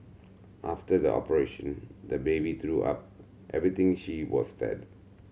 after the operation the baby threw up everything she was fed